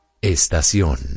Estación